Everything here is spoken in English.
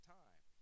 time